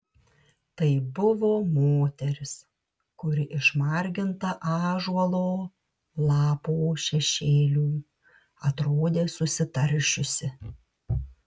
tai buvo moteris kuri išmarginta ąžuolo lapo šešėlių atrodė susitaršiusi